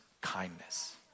kindness